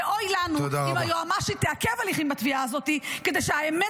ואוי לנו אם היועמ"שית תעכב הליכים בתביעה הזאת כדי שהאמת